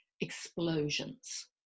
explosions